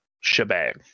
shebang